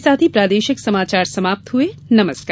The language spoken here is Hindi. इसके साथ ही प्रादेशिक समाचार समाप्त हुए नमस्कार